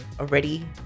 already